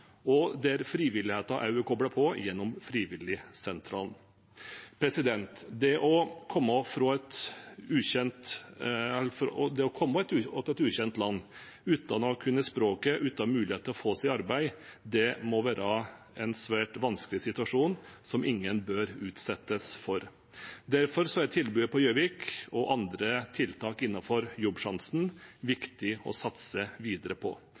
og der frivilligheten også er koblet på gjennom Frivilligsentralen. Det å komme til et ukjent land uten å kunne språket og uten mulighet til å få seg arbeid må være en svært vanskelig situasjon som ingen bør utsettes for. Derfor er det viktig å satse videre på tilbudet på Gjøvik og andre tiltak innenfor Jobbsjansen,